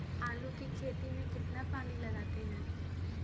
आलू की खेती में कितना पानी लगाते हैं?